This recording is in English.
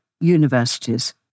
universities